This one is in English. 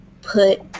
put